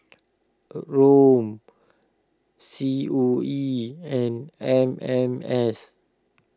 Rom C O E and M M S